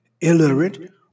illiterate